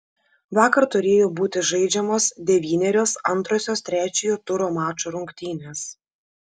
vakar turėjo būti žaidžiamos devynerios antrosios trečiojo turo mačų rungtynės